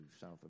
South